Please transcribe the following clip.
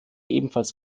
ebenfalls